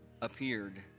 appeared